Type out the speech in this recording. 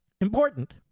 Important